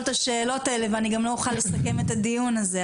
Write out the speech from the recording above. את השאלות אלה ואני גם לא אוכל לסכם את הדיון הזה,